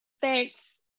thanks